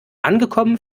angekommen